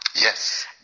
Yes